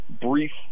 brief